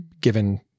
given